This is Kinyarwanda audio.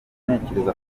ntekereza